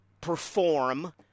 perform